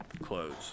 close